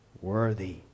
worthy